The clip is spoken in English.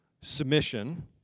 submission